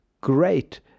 great